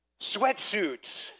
sweatsuits